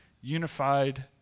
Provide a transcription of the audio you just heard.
unified